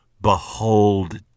Behold